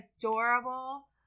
adorable